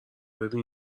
ببین